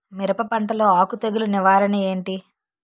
మిరప పంటలో ఆకు తెగులు నివారణ ఏంటి?